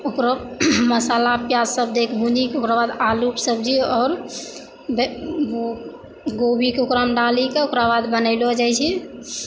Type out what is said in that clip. ओकरो मशाला प्याज सब दै कऽ भुंजी कऽ ओकरा बाद आलू के सब्जी और गोबी के ओकरामे डाली कऽ ओकरा बाद बनैलो जाइ छै